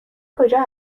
کجا